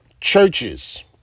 churches